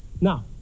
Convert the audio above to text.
Now